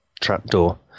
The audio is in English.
trapdoor